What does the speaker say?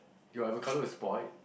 your avocado is spoilt